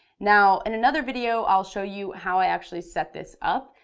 now in another video, i'll show you how i actually set this up.